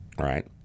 Right